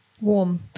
Warm